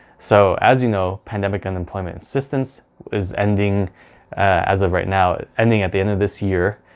so as you know, pandemic unemployment assistance is ending as of right now, ending at the end of this year.